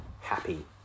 happy